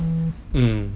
mm